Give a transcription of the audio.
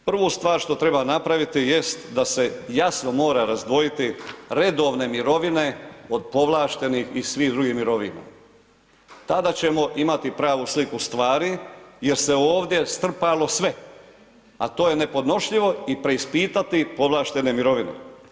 Prvu stvar što treba napraviti jest da se jasno mora razdvojiti redovne mirovine od povlaštenih i svih drugih mirovina, tada ćemo imati pravu sliku stvari jer se ovdje strpalo sve, a to je nepodnošljivo i preispitati povlaštene mirovine.